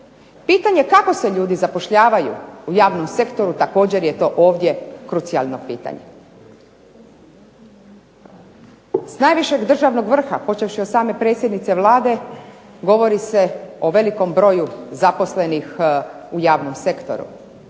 Pitanje kako se ljudi zapošljavaju u javnom sektoru također je to ovdje krucijalno pitanje. S najvišeg državnog vrha počevši od same predsjednice Vlade, govori se o velikom broju zaposlenih u javnom sektoru.